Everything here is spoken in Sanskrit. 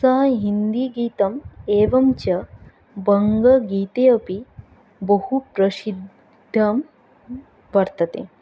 सः हिन्दीगीतम् एवं च वङ्गगीते अपि बहुप्रसिद्धं वर्तते